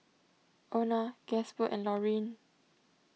Ona Gasper and Laurene